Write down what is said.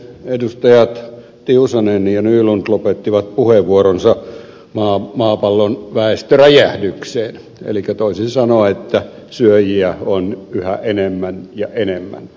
edustajat tiusanen ja nylund lopettivat puheenvuoronsa maapallon väestöräjähdykseen elikkä toisin sanoen siihen että syöjiä on yhä enemmän ja enemmän